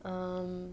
um